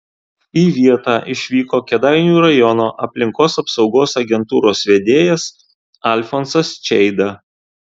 į vietą išvyko kėdainių rajono aplinkos apsaugos agentūros vedėjas alfonsas čeida